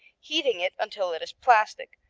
heating it until it is plastic,